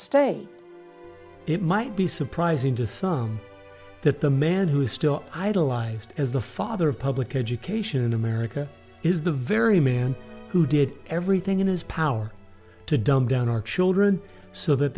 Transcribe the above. state it might be surprising to some that the man who is still idolized as the father of public education in america is the very man who did everything in his power to dumb down our children so that